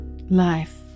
Life